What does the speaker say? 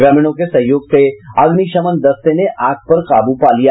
ग्रामीणों के सहयोग से अग्निशमन दस्ते ने आग पर काबू पा लिया